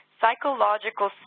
psychological